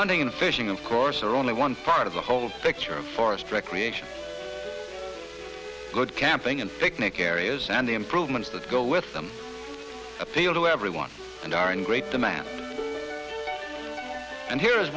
hunting and fishing of course are only one part of the whole picture of forest recreation good camping and picnic areas and the improvements that go with them appeal to everyone and are in great demand and here is